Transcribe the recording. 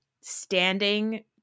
standing